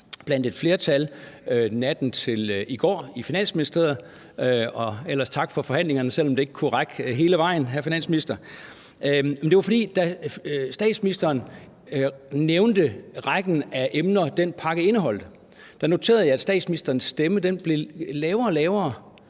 blandt et flertal natten til i går i Finansministeriet, og ellers tak for forhandlingerne, selv om det ikke kunne række hele vejen, hr. finansminister. Men da statsministeren nævnte rækken af emner, som den pakke indeholdt, noterede jeg, at statsministerens stemme blev lavere og lavere,